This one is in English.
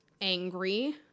angry